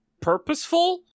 purposeful